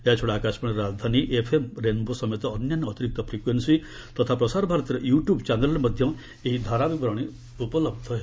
ଏହାଛଡ଼ା ଆକାଶବାଣୀର Rajdhani FM Rainbow ସମେତ ଅନ୍ୟାନ୍ୟ ଅତିରିକ୍ତ ଫ୍ରିକ୍ୟୁଏନ୍ନୀ ତଥା ପ୍ରସାରଭାରତୀର ୟୁଟୁବ୍ ଚ୍ୟାନେଲ୍ରେ ମଧ୍ୟ ଏହି ଧାରାବିବରଣୀ ଉପଳହ୍ସ ହେବ